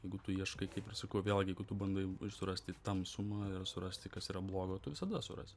jeigu tu ieškai kaip ir sakau vėl jeigu tu bandai surasti tamsumą ir surasti kas yra blogo tu visada surasi